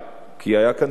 כי היה כאן ספק,